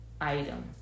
item